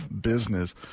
business